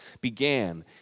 began